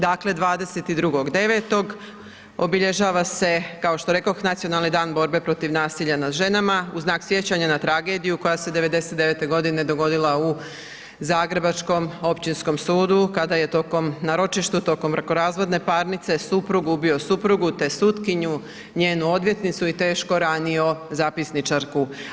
Dakle, 22.9. obilježava se kao što rekoh Nacionalni dan borbe protiv nasilja nad ženama u dan sjećanja na tragediju koja se '99. godine dogodila u zagrebačkom Općinskom sudu kada je ročištu tokom brakorazvodne parnice suprug ubio suprugu te sutkinju, njenu odvjetnicu i teško ranio zapisničarku.